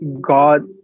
God